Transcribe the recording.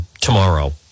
tomorrow